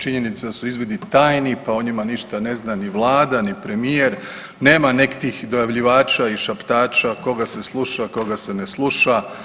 Činjenica da su izvidi tajni, pa o njima ništa ne zna ni Vlada, ni premijer, nema nekih dojavljivača i šaptača koga se sluša, koga se ne sluša.